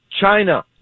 China